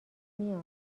میاد